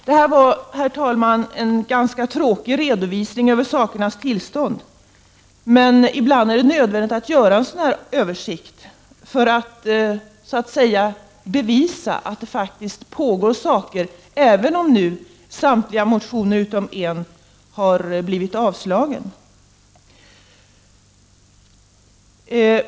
Det här var, herr talman, en ganska tråkig redovisning för sakernas tillstånd, men ibland är det nödvändigt att göra en sådan här översikt för att så att säga bevisa att det faktiskt pågår verksamhet, även om som nu samtliga motioner utom en har blivit avstyrkt.